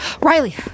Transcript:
Riley